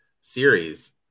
series